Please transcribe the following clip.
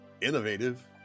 Innovative